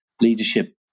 leadership